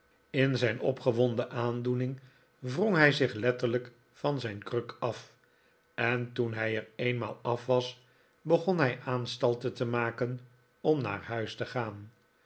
in zijn opgewonden aandoening wrong hij zich letterlijk van zijn kruk af en toen hij er eenmaal af was begon hij aanstalten te maken om naar huis te gaan